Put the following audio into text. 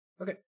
Okay